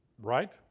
Right